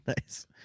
Nice